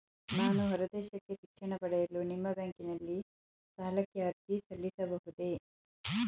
ನಾನು ಹೊರದೇಶಕ್ಕೆ ಶಿಕ್ಷಣ ಪಡೆಯಲು ನಿಮ್ಮ ಬ್ಯಾಂಕಿನಲ್ಲಿ ಸಾಲಕ್ಕೆ ಅರ್ಜಿ ಸಲ್ಲಿಸಬಹುದೇ?